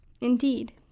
Indeed